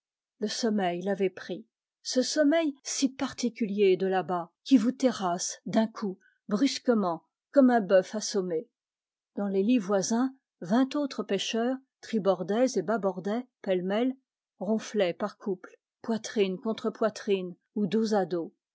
le sommeil l'avait pris ce sommeil si particulier de là-bas qui vous terrasse d'un coup brusquement comme un bœuf assommé dans les lits voisins vingt autres pêcheurs tribor dais et bâbordais pêle-mêle ronflaient par couples poitrine contre poitrine ou dos à dos